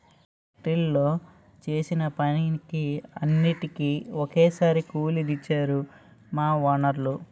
ఫ్యాక్టరీలో చేసిన పనికి అన్నిటికీ ఒక్కసారే కూలి నిచ్చేరు మా వోనరు